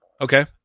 Okay